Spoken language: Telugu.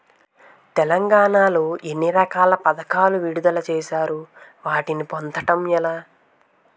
తెలంగాణ లో ఎన్ని రకాల పథకాలను విడుదల చేశారు? వాటిని పొందడం ఎలా?